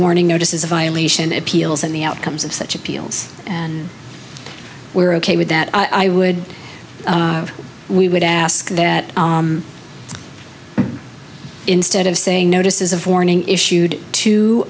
warning notices a violation appeals and the outcomes of such appeals and we're ok with that i would we would ask that instead of saying notices of warning issued t